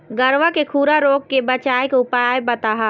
गरवा के खुरा रोग के बचाए के उपाय बताहा?